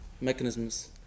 mechanisms